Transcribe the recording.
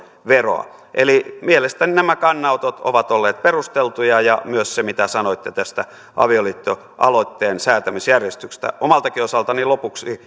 veroa eli mielestäni nämä kannanotot ovat olleet perusteltuja ja myös se mitä sanoitte tästä avioliittoaloitteen säätämisjärjestyksestä omaltakin osaltani lopuksi